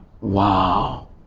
Wow